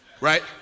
right